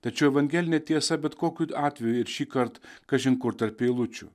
tačiau evangelinę tiesą bet kokiu atveju ir šįkart kažin kur tarp eilučių